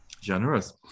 Generous